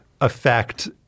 affect